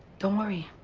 don't worry.